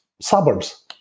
suburbs